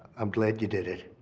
i'm glad you did it.